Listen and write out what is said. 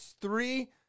three